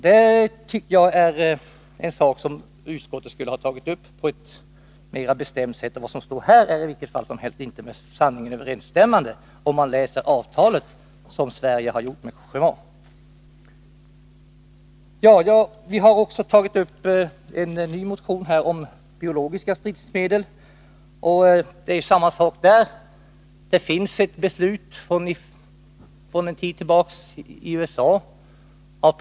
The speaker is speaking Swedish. Det tycker jag är en sak som utskottet skulle ha tagit upp på ett mera bestämt sätt än som det står här. Det är inte med sanningen överensstämmande, om man läser det avtal som Sverige har tecknat med Cogéma. Ien annan motion har vi tagit upp frågan om biologiska stridsmedel. Även här finns det sedan en tid tillbaka ett beslut i USA.